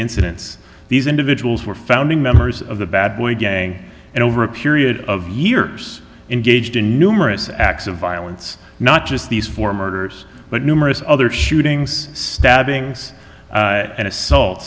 incidents these individuals were founding members of the bad boy and over a period of years and gauged the numerous acts of violence not just these four murders but numerous other shootings stabbings and assault